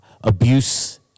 abuse